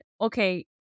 okay